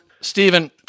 Stephen